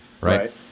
right